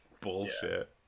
Bullshit